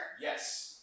Yes